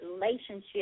relationship